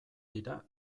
dira